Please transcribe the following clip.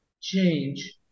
change